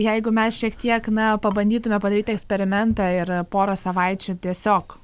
jeigu mes šiek tiek na pabandytume padaryt eksperimentą ir porą savaičių tiesiog